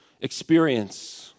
experience